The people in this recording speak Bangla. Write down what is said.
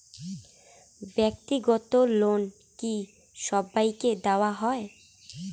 ব্যাক্তিগত লোন কি সবাইকে দেওয়া হয়?